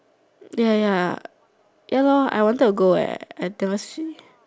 ya ya ya lor I wanted to go eh I never